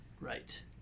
Right